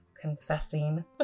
confessing